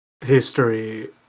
history